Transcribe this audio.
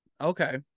Okay